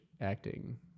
acting